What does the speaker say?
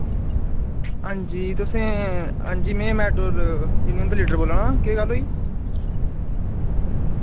हांजी तुसें हांजी मैं मैटाडोर यूनियन दा लीडर बोल्ला ना केह् गल्ल होई